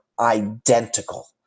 identical